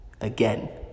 Again